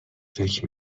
فکر